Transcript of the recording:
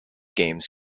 games